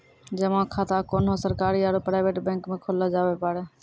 जमा खाता कोन्हो सरकारी आरू प्राइवेट बैंक मे खोल्लो जावै पारै